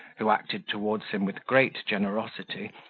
who acted towards him with great generosity,